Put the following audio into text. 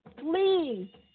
please